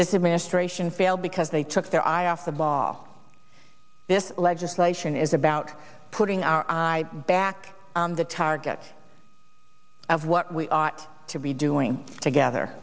this is ministration fail because they took their eye off the ball this legislation is about putting our eye back on the target of what we ought to be doing together